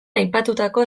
aipatutako